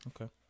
Okay